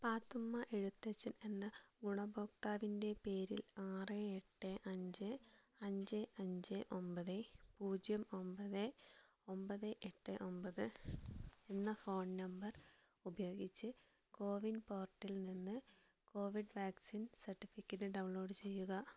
പാത്തുമ്മ എഴുത്തച്ഛൻ എന്ന ഗുണഭോക്താവിൻ്റെ പേരിൽ ആറ് എട്ട് അഞ്ച് അഞ്ച് അഞ്ച് ഒൻപത് പൂജ്യം ഒൻപത് ഒൻപത് എട്ട് ഒൻപത് എന്ന ഫോൺ നമ്പർ ഉപയോഗിച്ച് കോവിൻ പോർട്ടിൽ നിന്ന് കോവിഡ് വാക്സിൻ സർട്ടിഫിക്കറ്റ് ഡൗൺലോഡ് ചെയ്യുക